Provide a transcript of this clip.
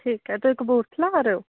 ਠੀਕ ਹੈ ਤੁਸੀਂ ਕਪੂਰਥਲਾ ਆ ਰਹੇ ਹੋ